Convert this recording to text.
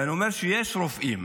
ואני אומר שיש רופאים.